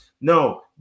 No